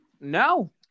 No